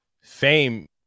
fame